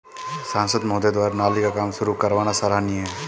सांसद महोदय द्वारा नाली का काम शुरू करवाना सराहनीय है